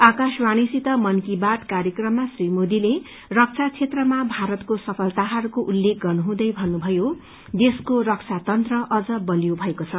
आकाशवाणीसित मन की बात कार्यक्रममा श्री मोदीले रक्षा क्षेत्रमा भारतको सफलताहरूको उत्तेख गर्नुहुँदै भन्नुभयो देशको रक्षा तन्त्र अझ बलियो भएको छ